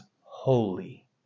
holy